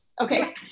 Okay